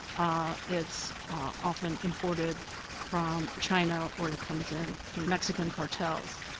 ah it's ah often imported from china or it it comes in through mexican cartels.